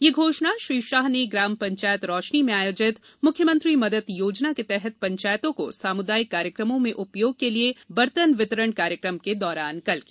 यह घोषणा श्री शाह ने ग्राम पंचायत रोशनी में आयोजित म्ख्यमंत्री मदद योजना के तहत पंचायतों को सामुदायिक कार्यक्रमों में उपयोग हेत् बर्तन वितरण कार्यक्रम के दौरान कल की